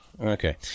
Okay